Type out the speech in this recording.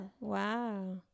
wow